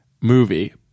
movie